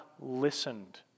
listened